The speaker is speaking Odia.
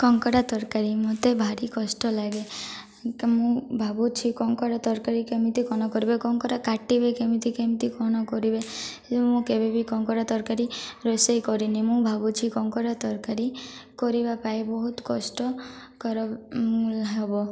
କଙ୍କଡ଼ା ତରକାରୀ ମୋତେ ଭାରି କଷ୍ଟ ଲାଗେ ମୁଁ ଭାବୁଛି କଙ୍କଡ଼ା ତରକାରୀ କେମିତି କ'ଣ କରିବେ କଙ୍କଡ଼ା କାଟିବେ କେମିତି କେମିତି କ'ଣ କରିବେ ମୁଁ କେବେ ବି କଙ୍କଡ଼ା ତରକାରୀ ରୋଷେଇ କରିନି ମୁଁ ଭାବୁଛି କଙ୍କଡ଼ା ତରକାରୀ କରିବା ପାଇଁ ବହୁତ କଷ୍ଟକର ହବ